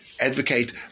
advocate